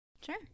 Sure